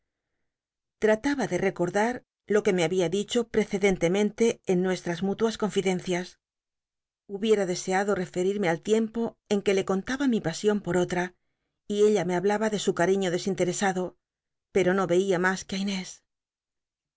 de recordar lo uc me babia tlicbo preccrlentemcnte en puestras múluas confidencias hubiera deseado rercrimw al tiempo rn que le contaba mi pasion i or oha y ella me hablaba de su cariiío desinteresado pero no cia mas que i inés